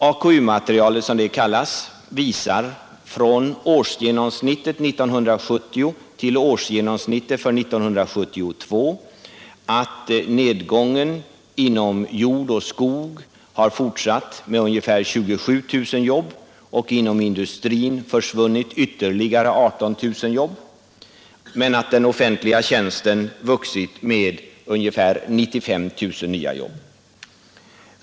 AKU-materialet, som det kallas, visar från årsgenomsnittet 1970 till årsgenomsnittet 1972 att nedgången inom jordoch skogsbruk har fortsatt med ungefär 27 000 jobb och att inom industrin försvunnit ytterligare 18 000 jobb men att den offentliga sektorn vuxit med ungefär 95 000 nya jobb.